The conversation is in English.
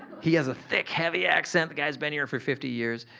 he has a thick heavy accent. the guy's been here for fifty years.